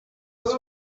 was